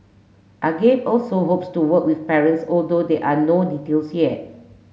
agape also hopes to work with parents although they are no details yet